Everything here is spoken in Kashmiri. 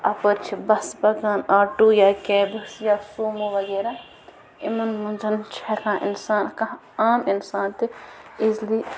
اَپٲرۍ چھِ بسہٕ پَکان آٹوٗ یا کیبٕس یا سوموٗ وغیرہ یِمن منٛز چھِ ہٮ۪کان اِنسان کانٛہہ عام اِنسان تہِ ایٖزلی